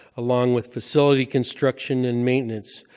along with facility construction and maintenance.